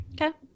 Okay